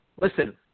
listen